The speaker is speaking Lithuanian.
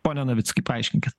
pone navickai paaiškinkit